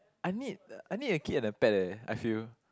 I need uh I need a kid and a pet leh I feel